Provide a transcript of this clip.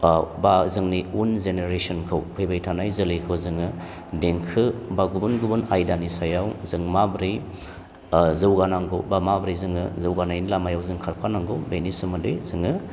बा जोंनि उन जेनेरेसनखौ फैबाय थानाय जोलैखौ जोङो देंखो बा गुबुन गुबुन आयदानि सायाव जों माबोरै जौगानांगौ बा माबोरै जोङो जौगानायनि लामायाव जों खारफानांगौ बेनि सोमोन्दै जोङो